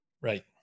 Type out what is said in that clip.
Right